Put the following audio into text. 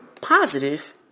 positive